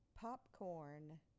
popcorn